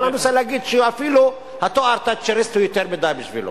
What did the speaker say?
אבל אני רוצה להגיד שאפילו התואר "תאצ'ריסט" הוא יותר מדי בשבילו.